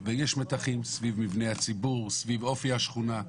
ויש מתחים סביב המבנים הציבוריים וסביב אופי השכונה.